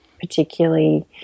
particularly